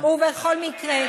ובכל מקרה,